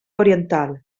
oriental